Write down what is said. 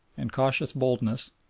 and cautious boldness,